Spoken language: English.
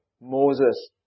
Moses